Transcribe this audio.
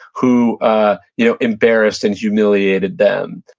who ah you know embarrassed and humiliated them.